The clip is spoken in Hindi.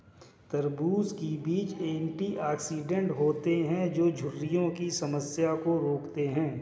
तरबूज़ के बीज एंटीऑक्सीडेंट होते है जो झुर्रियों की समस्या को रोकते है